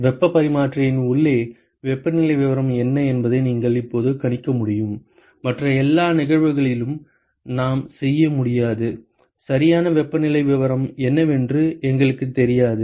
வெப்பப் பரிமாற்றியின் உள்ளே வெப்பநிலை விவரம் என்ன என்பதை நீங்கள் இப்போது கணிக்க முடியும் மற்ற எல்லா நிகழ்வுகளிலும் நாம் செய்ய முடியாது சரியான வெப்பநிலை விவரம் என்னவென்று எங்களுக்குத் தெரியாது